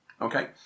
Okay